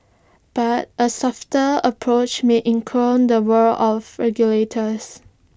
but A softer approach may incur the wrath of regulators